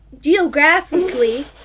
geographically